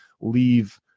leave